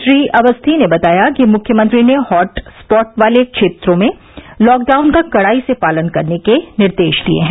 श्री अवस्थी ने बताया कि मुख्यमंत्री ने हॉट स्पॉट वाले क्षेत्रों में लॉकडाउन का कड़ाई से पालन करने के निर्देश दिये हैं